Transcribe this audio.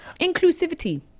inclusivity